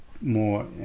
more